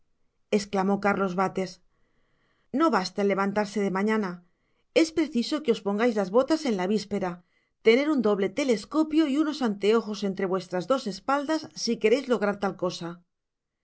esclamó cárlas bates no basta el levantarse de mañana es preciso que os pongais las botas en la vispera tener un doble telescopio y unos anteojos entre vuestras dos espaldas si quereis lograr tal cosa